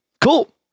Cool